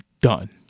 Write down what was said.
Done